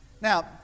Now